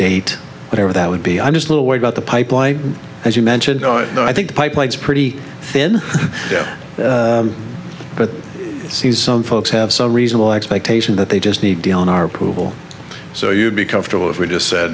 date whatever that would be i'm just little worried about the pipeline as you mentioned oh i know i think the pipeline is pretty thin but see some folks have some reasonable expectation that they just need deal in our pool so you'd be comfortable if we just said